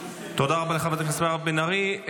תודה רבה לחברת הכנסת מירב בן ארי.